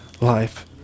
life